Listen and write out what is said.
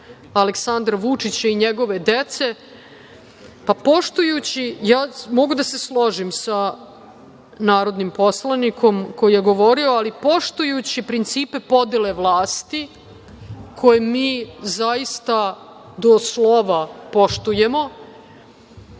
Aleksandra Vučića i njegove dece, pa poštujući, mogu da se složim sa narodnim poslanikom koji je govorio, principe podele vlasti koje mi zaista do slova poštujemo,